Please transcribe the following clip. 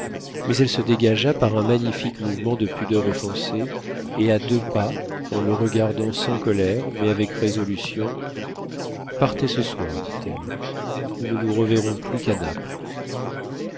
mais elle se dégagea par un magnifique mouvement de pudeur offensée et à deux pas en le regardant sans colère mais avec résolution partez ce soir dit-elle nous ne nous reverrons plus qu'à naples